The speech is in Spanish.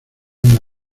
una